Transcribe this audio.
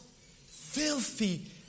Filthy